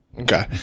Okay